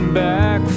back